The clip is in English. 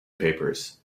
papers